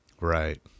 Right